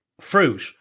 fruit